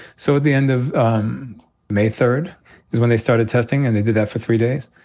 so at the end of um may third is when they started testing. and they did that for three days.